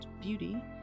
Beauty